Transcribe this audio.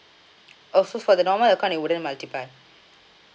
oh so for the normal account you wouldn't multiply